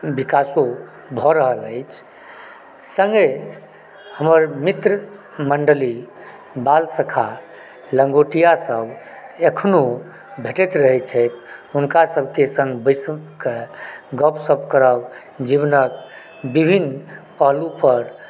विकासो भऽ रहल अछि संगहि हमर मित्र मंडली बाल सखा लंगोटिया सब एखनो भेटैत रहै छथि हुनका सबके संग बैस कऽ गपशप करब जीवनक विभिन्न पहलू पर